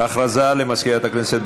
הודעה למזכירת הכנסת.